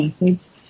methods